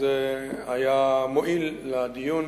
זה היה מועיל לדיון,